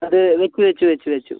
അത് വെച്ചു വെച്ചു വെച്ചു വെച്ചു